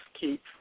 keep